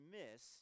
miss